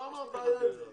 לא אמרתי כזה דבר.